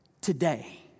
today